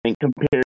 compared